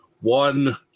one